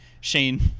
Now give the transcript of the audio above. Shane